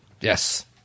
Yes